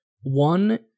One